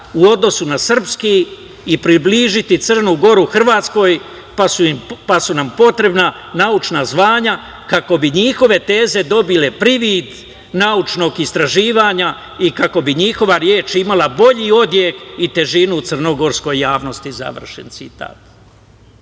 u odnosu na srpski i približiti Crnu Goru Hrvatskoj, pa su nam potrebna naučna zvanja kako bi njihove teze dobile privid naučnog istraživanja i kako bi njihova reč imala bolji odjek i težinu u crnogorskoj javnosti." Završen citat.